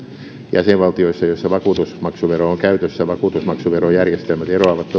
jäsenvaltioissa joissa vakuutusmaksuvero on käytössä vakuutusmaksuverojärjestelmät eroavat toisistaan